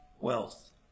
wealth